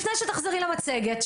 לפני שתחזרי למצגת,